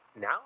now